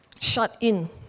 shut-in